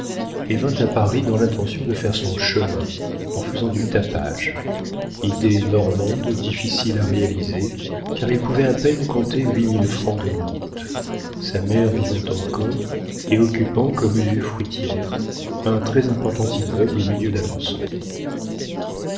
et vint à paris dans l'intention de faire son chemin en faisant du tapage idée normande difficile à réaliser car il pouvait à peine compter huit mille francs de rentes sa mère vivant encore et occupant comme usufruitière un très important immeuble au milieu d'alençon